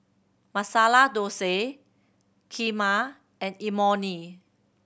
Masala Dosa Kheema and Imoni